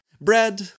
bread